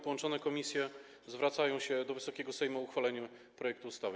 Połączone komisje zwracają się do Wysokiego Sejmu o uchwalenie projektu ustawy.